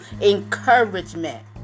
encouragement